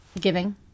Giving